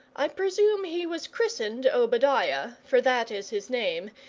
i presumed he was christened obadiah, for that is his name,